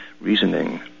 reasoning